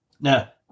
Now